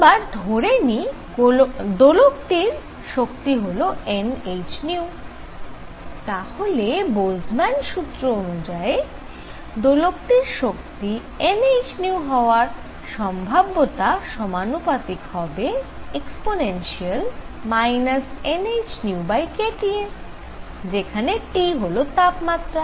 এবার ধরে নিই দোলকটির শক্তি হল nhν তাহলে বোলজম্যানের সূত্র Boltzmann's law অনুযায়ী দোলকটির শক্তি nhν হওয়ার সম্ভাব্যতা সমানুপাতিক হবে e nhνkT এর যেখানে T হল তাপমাত্রা